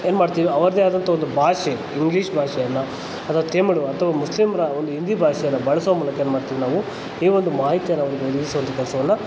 ಏನು ಮಾಡ್ತೀವಿ ಅವರದೇ ಆದಂಥ ಒಂದು ಭಾಷೆ ಇಂಗ್ಲಿಷ್ ಭಾಷೆಯನ್ನು ಅಥವಾ ತಮಿಳು ಅಥವಾ ಮುಸ್ಲಿಮರ ಒಂದು ಹಿಂದಿ ಭಾಷೆಯನ್ನು ಬಳಸೋ ಮೂಲಕ ಏನು ಮಾಡ್ತೀವಿ ನಾವು ಈ ಒಂದು ಮಾಹಿತಿಯನ್ನು ಅವ್ರಿಗೆ ಒದಗಿಸುವಂಥ ಕೆಲಸವನ್ನ